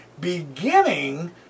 beginning